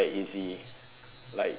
like if you